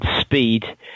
speed